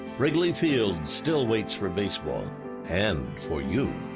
wrigley field still waits for baseball and for you.